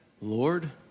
Lord